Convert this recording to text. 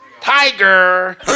Tiger